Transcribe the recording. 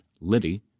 Liddy